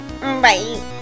Bye